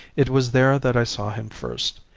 it was there that i saw him first,